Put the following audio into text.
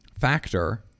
factor